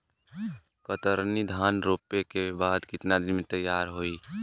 कतरनी धान रोपे के बाद कितना दिन में तैयार होई?